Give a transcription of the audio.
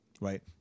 right